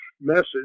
message